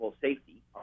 safety